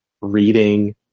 reading